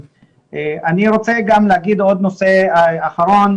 אני רוצה גם להגיד עוד נושא אחרון,